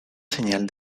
señal